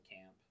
camp